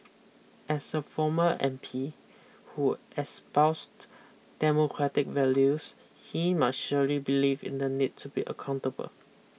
as a former M P who espoused democratic values he must surely believe in the need to be accountable